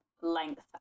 length